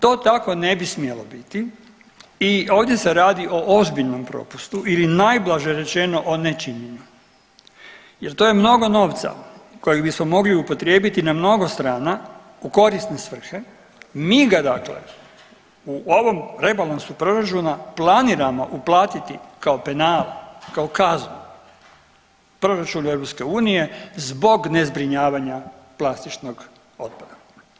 To tako ne bi smjelo biti i ovdje se radi o ozbiljnom propustu ili najblaže rečeno o nečinjenju jer to je mnogo novca kojeg bismo mogli upotrijebiti na mnogo strana u korisne svrhe, mi ga dakle u ovom rebalansu proračuna planiramo uplatiti kao penale, kao kaznu u proračun EU zbog ne zbrinjavanja plastičnog otpada.